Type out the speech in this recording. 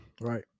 right